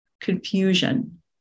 confusion